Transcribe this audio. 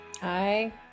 Hi